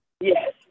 Yes